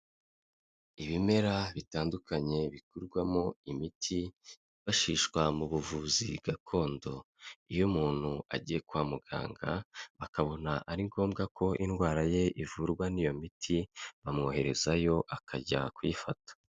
Ibimera bitandukanye bikorwamo imiti, ifashishwa mu buvuzi gakondo, iyo umuntu agiye kwa muganga bakabona ari ngombwa ko indwara ye ivurwa n'iyo miti bamwoherezayo akajya kuyifata.